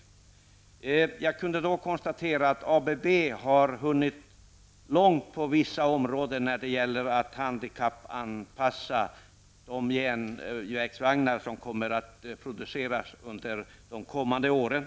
Jag kunde då konstatera att ABB har hunnit långt på vissa områden i fråga om att handikappanpassa de järnvägsvagnar som kommer att produceras under de kommande åren.